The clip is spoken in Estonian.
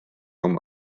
oma